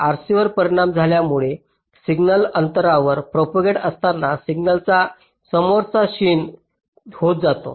RC वर परिणाम झाल्यामुळे सिग्नल अंतरावर प्रोपागंट असताना सिग्नलचा समोराचा क्षीण होत जातो